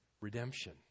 redemption